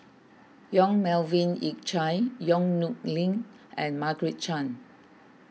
Yong Melvin Yik Chye Yong Nyuk Lin and Margaret Chan